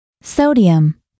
Sodium